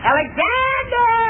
Alexander